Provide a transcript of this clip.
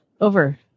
over